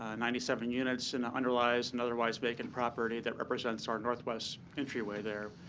ah ninety seven units in the underlies and otherwise vacant property that represents our northwest entry way there.